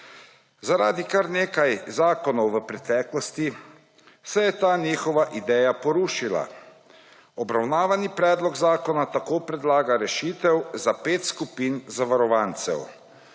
Zaradi kar nekaj zakonov v preteklosti se je ta njihova želja porušila. Obravnavani predlog zakona tako predlaga rešitev za 5 skupin zavarovancev